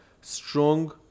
Strong